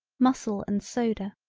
mussle and soda.